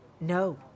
No